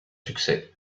succès